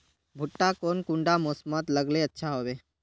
भुट्टा कौन कुंडा मोसमोत लगले अच्छा होबे?